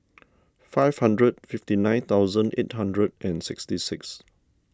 five hundred fifty nine thousand eight hundred and sixty six